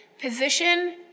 Position